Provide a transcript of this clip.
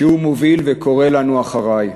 כשהוא מוביל וקורא לנו "אחרי".